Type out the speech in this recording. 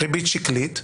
ריבית שקלית,